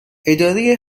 اداره